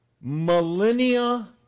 millennia